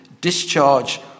discharge